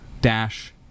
dash